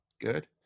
Good